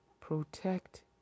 protect